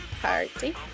party